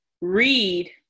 Read